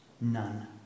None